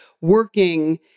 working